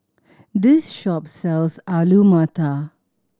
this shop sells Alu Matar